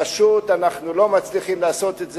אנחנו פשוט לא מצליחים לעשות את זה,